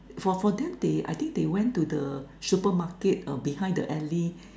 for for them they I think they went to the supermarket err behind the alley